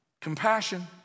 Compassion